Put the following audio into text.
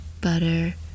butter